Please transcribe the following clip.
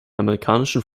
amerikanischen